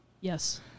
Yes